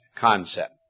concept